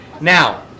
Now